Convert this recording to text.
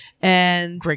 Great